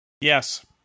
Yes